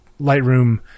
Lightroom